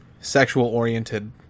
sexual-oriented